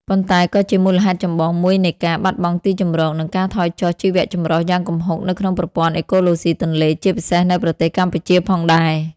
ប៉ុន្តែក៏ជាមូលហេតុចម្បងមួយនៃការ បាត់បង់ទីជម្រក និងការថយចុះ ជីវៈចម្រុះ យ៉ាងគំហុកនៅក្នុងប្រព័ន្ធអេកូឡូស៊ីទន្លេ ជាពិសេសនៅប្រទេសកម្ពុជាផងដែរ។